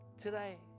today